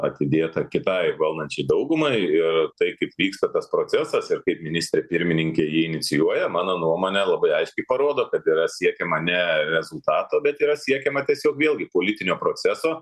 atidėta kitai valdančiai daugumai ir tai kaip vyksta tas procesas ir kaip ministrė pirmininkė jį inicijuoja mano nuomone labai aiškiai parodo kad yra siekiama ne rezultato bet yra siekiama tiesiog vėlgi politinio proceso